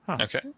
Okay